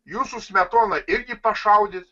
jūsų smetona irgi pašaudys